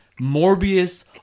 Morbius